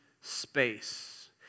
space